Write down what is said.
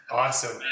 awesome